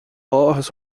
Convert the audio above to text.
áthas